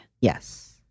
Yes